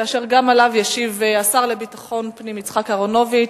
אשר גם עליו ישיב השר לביטחון פנים יצחק אהרונוביץ,